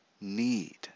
need